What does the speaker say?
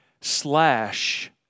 slash